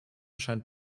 scheint